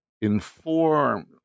inform